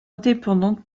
indépendante